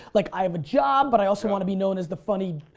like i have a job but i also want to be known as the funny,